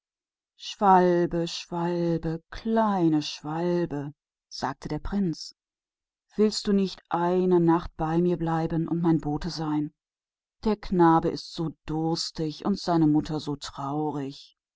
vogel vogel kleiner vogel sagte der prinz willst du nicht diese eine nacht bei mir bleiben und mein bote sein der knabe ist so durstig und die mutter so traurig